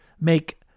make